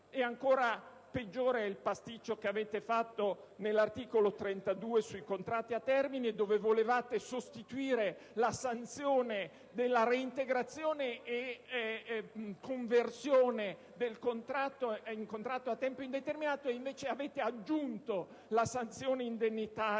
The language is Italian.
Ancora peggiore è il pasticcio che avete fatto a proposito dell'articolo 32 sui contratti a termine, dove volevate sostituire la sanzione della reintegrazione e della conversione del contratto a tempo indeterminato ed invece avete aggiunto la sanzione indennitaria